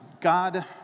God